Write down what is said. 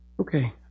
Okay